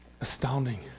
Astounding